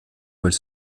elle